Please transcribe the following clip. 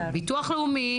הביטוח לאומי,